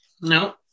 No